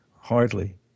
hardly